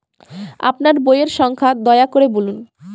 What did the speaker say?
আপনার বইয়ের সংখ্যা দয়া করে বলুন?